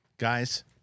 Guys